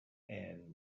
and